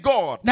God